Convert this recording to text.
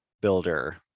builder